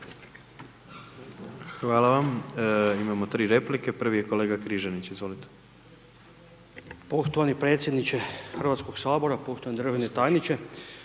izlaganje imamo 3 replike. Prvi je kolega Zekanović, izvolite.